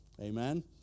amen